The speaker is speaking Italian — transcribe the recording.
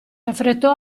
affrettò